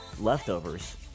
leftovers